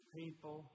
people